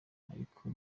ariko